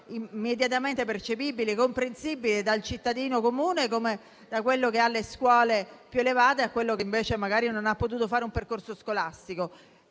immediatamente percepibile e comprensibile dal cittadino comune: da quello che ha frequentato le scuole più elevate a quello che, invece, non ha potuto seguire un percorso scolastico.